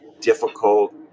difficult